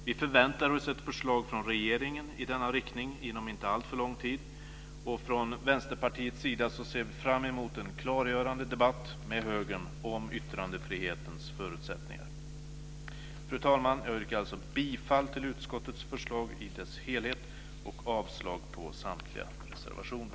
Vi förväntar oss ett förslag från regeringen i denna riktning inom inte alltför lång tid. Från Vänsterpartiets sida ser vi fram emot en klargörande debatt med högern om yttrandefrihetens förutsättningar. Fru talman! Jag yrkar alltså bifall till utskottets förslag i dess helhet och avslag på samtliga reservationer.